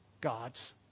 God's